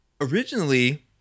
originally